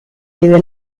deve